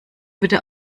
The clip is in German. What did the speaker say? wieder